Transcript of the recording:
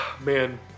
man